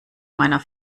meiner